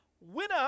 winner